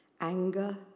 Anger